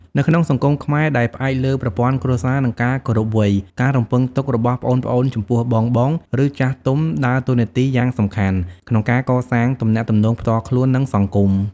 នៅក្នុងសង្គមខ្មែរដែលផ្អែកលើប្រព័ន្ធគ្រួសារ និងការគោរពវ័យ ការរំពឹងទុករបស់ប្អូនៗចំពោះបងៗ ឬចាស់ទុំដើរតួនាទីយ៉ាងសំខាន់ក្នុងការកសាងទំនាក់ទំនងផ្ទាល់ខ្លួន និងសង្គម។